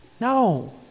No